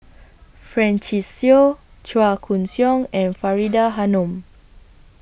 Francis Seow Chua Koon Siong and Faridah Hanum